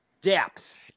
depth